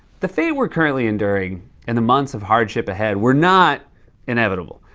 the fate we're currently enduring and the months of hardship ahead were not inevitable.